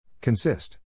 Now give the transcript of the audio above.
Consist